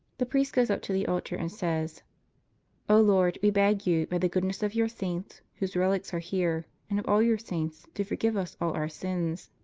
the priest goes up to the altar and says o lord, we beg you, by the goodness of your saints whose relics are here, and of all your saints, to forgive us all our sins.